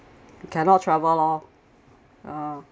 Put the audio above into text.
cannot travel lor